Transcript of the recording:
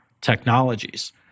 technologies